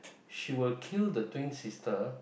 she will kill the twin sister